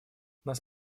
нас